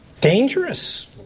dangerous